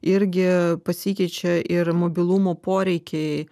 irgi pasikeičia ir mobilumo poreikiai